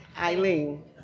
Eileen